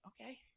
okay